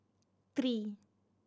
three